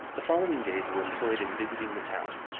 the following days were employed in visiting the town,